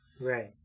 Right